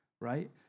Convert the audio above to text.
right